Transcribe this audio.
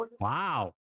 Wow